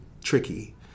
tricky